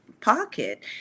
pocket